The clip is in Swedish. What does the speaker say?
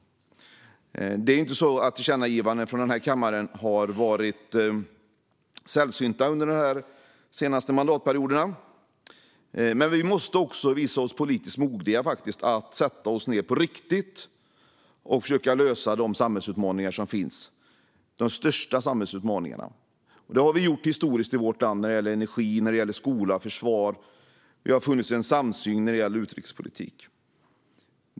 Det är ju inte så att tillkännagivanden från den här kammaren har varit sällsynta under de senaste mandatperioderna. Men vi måste också visa det politiska modet att sätta oss ned och på riktigt försöka lösa de största samhällsutmaningarna. Det har vi gjort historiskt sett i vårt land när det gäller energi, skola och försvar. Det har funnits en samsyn när det gäller utrikespolitik.